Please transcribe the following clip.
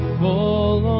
fall